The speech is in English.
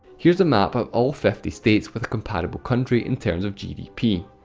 here's a map of all fifty states with a comparable country in terms of gdp.